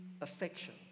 affection